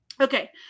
Okay